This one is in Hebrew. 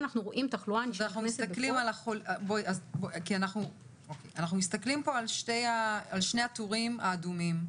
אנחנו מסתכלים פה על שני הטורים האדומים.